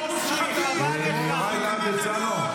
אין לי דבר וחצי דבר ברמה האישית נגד עו"ד בהרב מיארה.